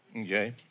okay